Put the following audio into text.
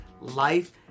life